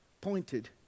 pointed